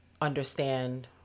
understand